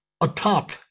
atop